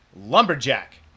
lumberjack